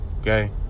Okay